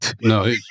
No